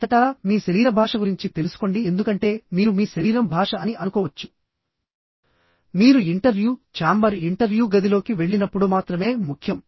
అంతటా మీ శరీర భాష గురించి తెలుసుకోండి ఎందుకంటే మీరు మీ శరీరం భాష అని అనుకోవచ్చు మీరు ఇంటర్వ్యూ ఛాంబర్ ఇంటర్వ్యూ గదిలోకి వెళ్ళినప్పుడు మాత్రమే ముఖ్యం